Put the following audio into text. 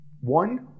One